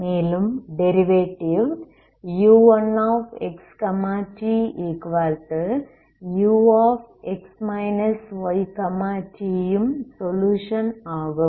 மேலும் derivative u1xtux yt ம் solution ஆகும்